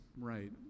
right